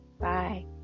bye